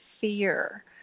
fear